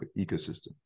ecosystem